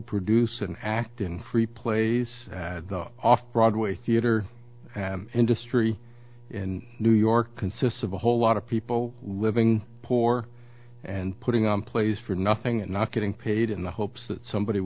produce and act in free plays off broadway theater industry in new york consists of a whole lot of people living poor and putting on plays for nothing and not getting paid in the hopes that somebody